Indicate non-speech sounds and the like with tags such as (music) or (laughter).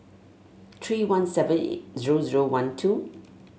three one seven (unintelligible) zero zero one two